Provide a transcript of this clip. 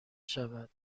شود